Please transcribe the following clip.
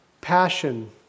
Passion